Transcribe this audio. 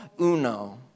uno